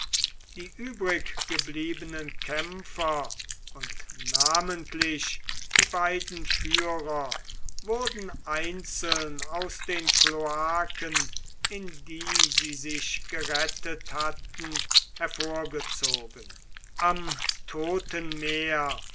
die übriggebliebenen kämpfer und namentlich die beiden führer wurden einzeln aus den kloaken in die sie sich gerettet hatten hervorgezogen am toten meer